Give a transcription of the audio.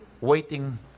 waiting